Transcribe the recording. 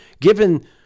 given